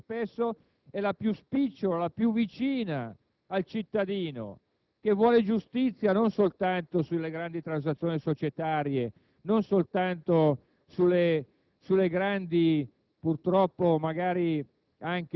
ma sono coloro che amministrano quella giustizia che spesso è la più spicciola, la più vicina al cittadino, che vuole giustizia non soltanto sulle grandi transazioni societarie o, purtroppo,